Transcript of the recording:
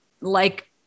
like-